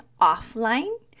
offline